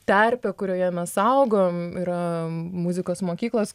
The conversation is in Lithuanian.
terpė kurioje mes augom yra muzikos mokyklos